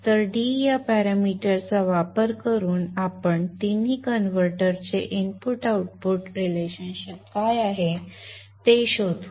तर d या पॅरामीटरचा वापर करून आपण आता तिन्ही कन्व्हर्टरचे इनपुट आउटपुट संबंध काय आहेत ते शोधू